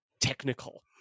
Technical